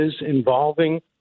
involving